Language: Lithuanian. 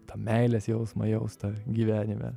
tą meilės jausmą jaustą gyvenime